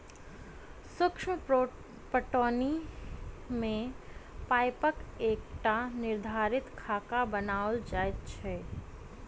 सूक्ष्म पटौनी मे पाइपक एकटा निर्धारित खाका बनाओल जाइत छै